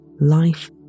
Life